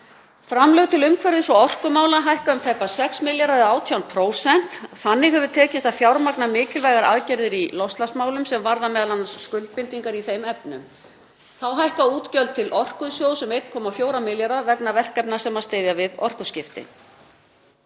Framlög til umhverfis- og orkumála hækka um tæpa 6 milljarða eða 18%. Þannig hefur tekist að fjármagna mikilvægar aðgerðir í loftslagsmálum sem varða m.a. skuldbindingar í þeim efnum. Þá hækka útgjöld til Orkusjóðs um 1,4 milljarða vegna verkefna sem styðja við orkuskipti.